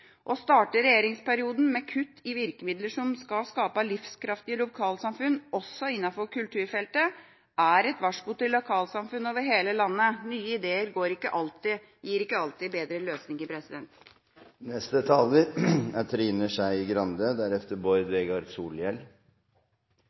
Å starte regjeringsperioden med kutt i virkemidler som skal skape livskraftige lokalsamfunn også innenfor kulturfeltet, er et varsko til lokalsamfunn over hele landet. Nye ideer gir ikke alltid bedre løsninger.